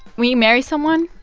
when you marry someone,